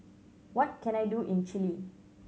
what can I do in Chile